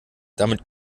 damit